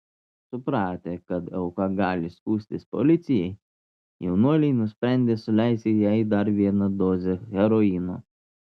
supratę kad auka gali skųstis policijai jaunuoliai nusprendė suleisti jai dar vieną dozę heroino